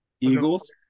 Eagles